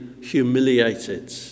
humiliated